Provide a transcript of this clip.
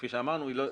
כפי שאמרנו,